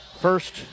first